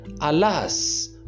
Alas